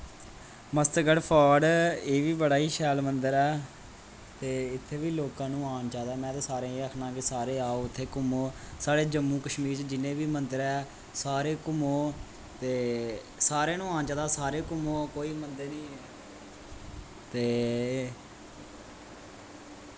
Mastgarh fort एह् बी बड़ा ई शैल मन्दर ऐ ते इत्थें बी लोकां नूं आन चाहिदा ऐ में ता सारें गी एह् आखना कि सारे आओ इत्थें घूमो साढ़े जम्मू कश्मीर च जिन्ने बी मन्दर ऐ सारे घूमो ते सारें नू आना चाहिदा सारे घूमो कोई मंदर निं ते